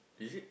is it